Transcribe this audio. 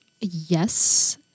Yes